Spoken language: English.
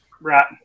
Right